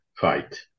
fight